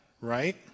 right